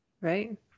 Right